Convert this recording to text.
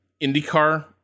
IndyCar